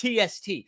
TST